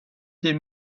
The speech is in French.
des